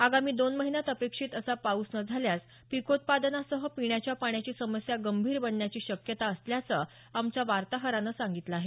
आगामी दोन महिन्यात अपेक्षीत असा पाऊस न झाल्यास पिकोत्पादनासाह पिण्याच्या पाण्याची समस्या गंभीर बनण्याची शक्यता असल्याचं आमच्या वार्ताहरानं सांगितलं आहे